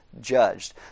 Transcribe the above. judged